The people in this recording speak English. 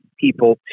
people